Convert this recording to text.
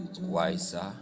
wiser